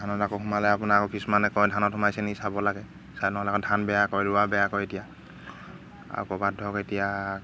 ধানত আকৌ সোমালে আপোনাৰ আকৌ কিছুমানে কয় ধানত সোমাইছে নি চাব লাগে চাই নহ'লে আকৌ ধান বেয়া কৰে ৰোৱা বেয়া কৰে এতিয়া আৰু ক'ৰবাত ধৰক এতিয়া